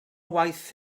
waith